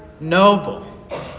noble